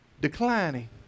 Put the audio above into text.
declining